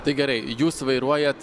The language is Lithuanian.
tai gerai jūs vairuojat